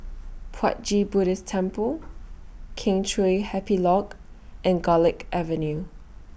Puat Jit Buddhist Temple Kheng Chiu Happy Lodge and Garlick Avenue